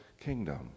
kingdom